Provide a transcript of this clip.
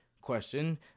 question